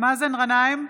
מאזן גנאים,